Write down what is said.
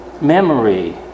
memory